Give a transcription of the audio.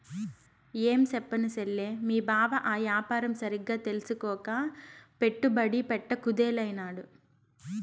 ఏంచెప్పను సెల్లే, మీ బావ ఆ యాపారం సరిగ్గా తెల్సుకోక పెట్టుబడి పెట్ట కుదేలైనాడు